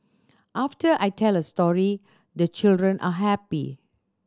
after I tell a story the children are happy